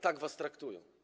Tak was traktują.